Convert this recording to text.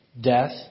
death